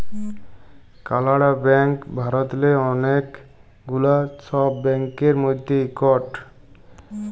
কালাড়া ব্যাংক ভারতেল্লে অলেক গুলা ছব ব্যাংকের মধ্যে ইকট